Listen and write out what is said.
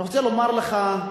אני רוצה לומר לך,